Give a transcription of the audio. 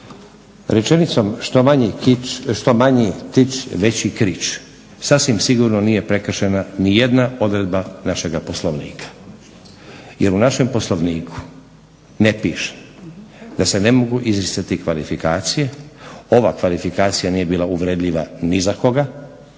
Rečenicom "što manji tić veći krič" sasvim sigurno nije prekršena nijedna odredba našega Poslovnika jer u našem Poslovniku ne piše da se ne mogu izricati kvalifikacije, ova kvalifikacija nije bila uvredljiva ni za koga,